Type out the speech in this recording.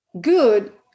good